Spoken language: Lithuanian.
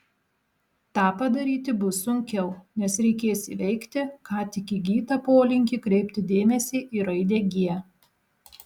tą padaryti bus sunkiau nes reikės įveikti ką tik įgytą polinkį kreipti dėmesį į raidę g